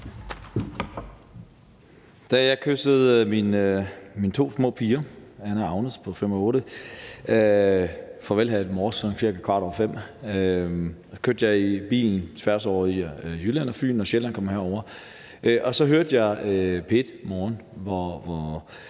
havde kysset mine to små piger, Anna og Agnes på 5 år og 8 år, farvel her i morges sådan cirka kvart over fem, kørte jeg i bil tværs over Jylland, Fyn og Sjælland for at komme herover, og imens hørte jeg P1 Morgen, hvor